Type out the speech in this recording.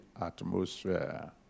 atmosphere